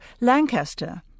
Lancaster